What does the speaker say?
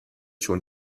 schon